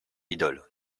idole